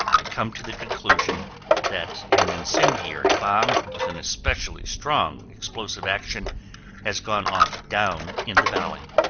i come to the conclusion that an incendiary bomb with an especially strong explosive action has gone off down in the valley.